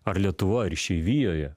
ar lietuvoj ar išeivijoje